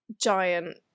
giant